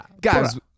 Guys